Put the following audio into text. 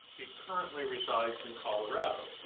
he currently resides in colorado.